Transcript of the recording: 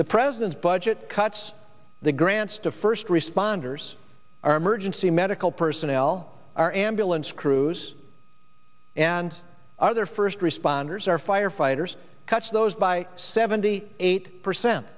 the president's budget cuts the grants to first responders our emergency medical personnel our ambulance crews and other first responders our firefighters cuts those by seventy eight percent